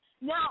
Now